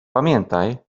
pamiętaj